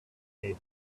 cases